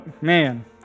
Man